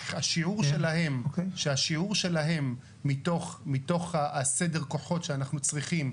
-- שהשיעור שלהם מתוך סדר הכוחות שאנחנו צריכים,